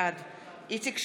בעד איציק שמולי,